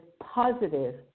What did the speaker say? positive